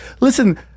Listen